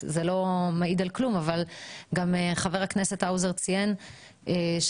וזה לא מעיד על כלום אבל גם חבר הכנסת האוזר ציין שאלה